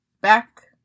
back